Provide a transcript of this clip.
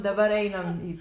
dabar einam į